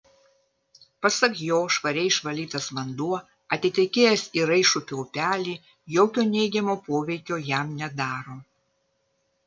pasak jo švariai išvalytas vanduo atitekėjęs į raišupio upelį jokio neigiamo poveikio jam nedaro